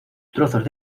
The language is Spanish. trozos